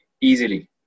easily